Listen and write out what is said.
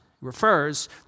refers